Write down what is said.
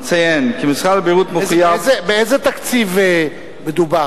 אציין כי משרד הבריאות, באיזה תקציב מדובר?